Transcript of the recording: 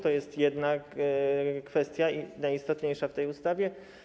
To jest jedna kwestia, najistotniejsza w tej ustawie.